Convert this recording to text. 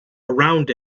around